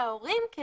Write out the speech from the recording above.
להורים,